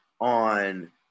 on